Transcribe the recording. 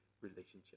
relationship